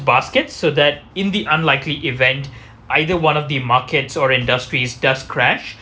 baskets so that in the unlikely event either one of the markets or industries does crash